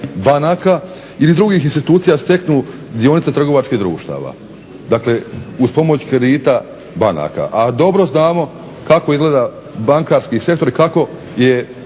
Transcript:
banaka ili drugih institucija steknu dionice trgovačkih društava. Dakle, uz pomoć kredita banaka, a dobro znamo kako izgleda bankarski sektor i kako su